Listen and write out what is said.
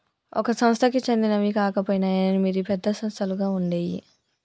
ఒక సంస్థకి చెందినవి కాకపొయినా ఎనిమిది పెద్ద సంస్థలుగా ఉండేయ్యి